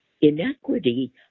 inequity